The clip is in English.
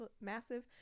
massive